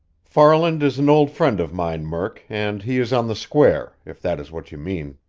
farland is an old friend of mine, murk, and he is on the square if that is what you mean.